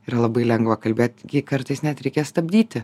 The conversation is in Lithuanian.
yra labai lengva kalbėti jį kartais net reikia stabdyti